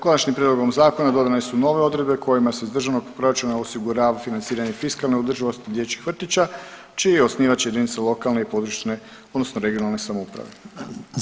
Konačnim prijedlogom zakona dodane su nove odredbe kojima se iz državnog proračuna osigurava financiranje fiskalne održivosti dječjih vrtića čiji je osnivač jedinica lokalne i područne odnosno regionalne samouprave.